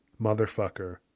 motherfucker